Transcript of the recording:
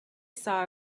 saw